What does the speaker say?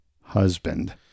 husband